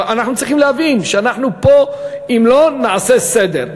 אנחנו צריכים להבין שאם לא נעשה סדר,